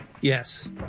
Yes